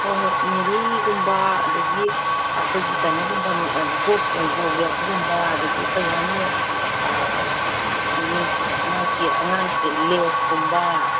ꯍꯣꯏ ꯍꯣꯏ ꯃꯦꯔꯤꯒꯨꯝꯕ ꯑꯗꯒꯤ ꯑꯩꯈꯣꯏꯒꯤ ꯀꯩꯅꯣꯒꯨꯝꯕ ꯕꯣꯛꯁ ꯑꯣꯏꯅ ꯂꯧꯒꯦ ꯑꯗꯨꯒꯨꯝꯕ ꯑꯗꯒꯤ ꯀꯔꯤ ꯍꯥꯏꯅꯤ ꯑꯉꯥꯡꯒꯤ ꯂꯦꯁꯀꯨꯝꯕ